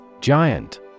Giant